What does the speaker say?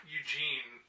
Eugene